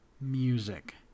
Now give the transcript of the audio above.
music